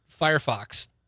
Firefox